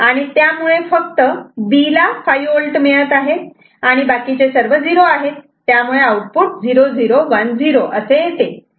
आणि त्यामुळे फक्त B ला 5V मिळत आहे आणि बाकीचे सर्व झिरो आहे त्यामुळे आउटपुट 0010 असे येते